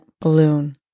balloon